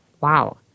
Wow